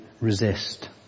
resist